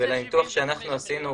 ולניתוח שאנחנו עשינו,